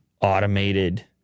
automated